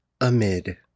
amid